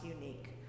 unique